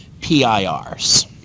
PIRs